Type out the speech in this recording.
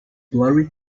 blurry